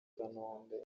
kanombe